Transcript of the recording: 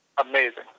amazing